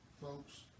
folks